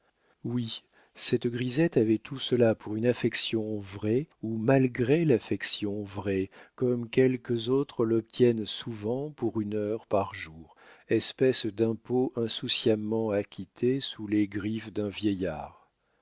oui cette grisette avait tout cela pour une affection vraie ou malgré l'affection vraie comme quelques autres l'obtiennent souvent pour une heure par jour espèce d'impôt insouciamment acquitté sous les griffes d'un vieillard